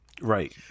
Right